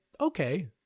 okay